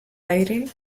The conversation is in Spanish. aire